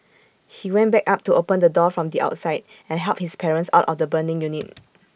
he went back up to open the door from the outside and helped his parents out of the burning unit